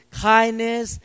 kindness